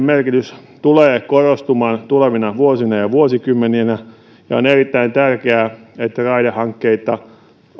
merkitys tulee korostumaan tulevina vuosina ja vuosikymmeninä ja on erittäin tärkeää että raidehankkeita